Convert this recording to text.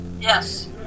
Yes